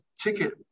ticket